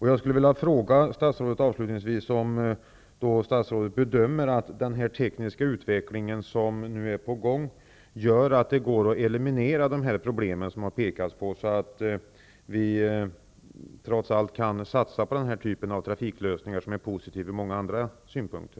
Jag vill avslutningsvis fråga statsrådet om hon bedömer att den tekniska utveckling som nu är på gång gör att det går att eliminera de problem som man här har pekat på så att vi trots allt kan satsa på denna typ av trafiklösning, som är positiv ur många andra synpunkter.